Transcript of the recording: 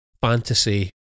fantasy